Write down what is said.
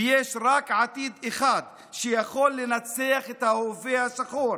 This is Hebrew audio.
ויש רק עתיד אחד שיכול לנצח את ההווה השחור,